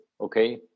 okay